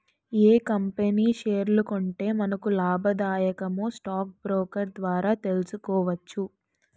ఏ company షేర్లు కొంటే మనకు లాభాదాయకమో స్టాక్ బ్రోకర్ ద్వారా తెలుసుకోవచ్చు